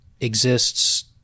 Exists